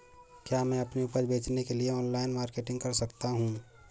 क्या मैं अपनी उपज बेचने के लिए ऑनलाइन मार्केटिंग कर सकता हूँ?